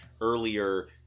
earlier